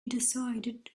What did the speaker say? decided